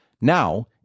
Now